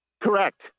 Correct